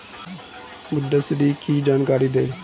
मुद्रा ऋण की जानकारी दें?